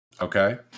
Okay